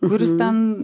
kuris ten